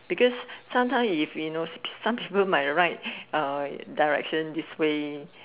because sometimes if you know some people might write uh direction this way